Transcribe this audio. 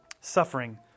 Suffering